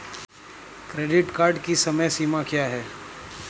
Credit card की समय सीमा क्या है?